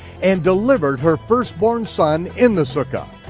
and delivered her firstborn son in the sukkah.